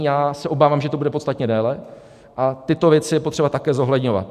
Já se obávám, že to bude podstatně déle, a tyto věci je potřeba také zohledňovat.